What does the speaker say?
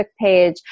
page